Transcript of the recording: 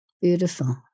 Beautiful